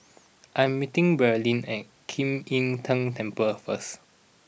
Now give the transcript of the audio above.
I'm meeting Braelyn at Kim Im Tng Temple first